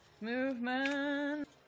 movement